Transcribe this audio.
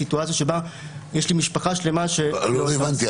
סיטואציה שבה יש לי משפחה שלמה --- לא הבנתי,